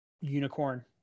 unicorn